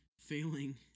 failing